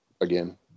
again